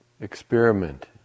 experiment